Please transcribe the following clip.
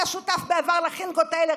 היה שותף בעבר לחנגות האלה,